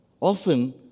Often